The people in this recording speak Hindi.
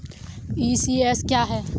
ई.सी.एस क्या है?